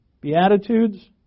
Beatitudes